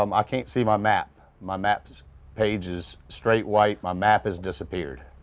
um ah can't see my map. my maps page is straight white. my map has disappeared.